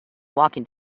walking